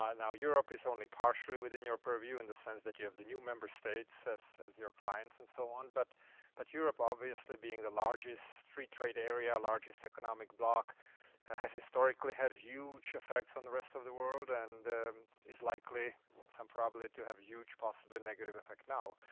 now europe is only partially within your purview in the sense that you have the new member states as as your clients and so on. but but europe obviously being the largest street trade area, largest economic block has historically had huge effects on the rest of the world and is likely and some probably to have huge positive and negative effects now.